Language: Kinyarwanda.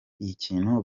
ikintu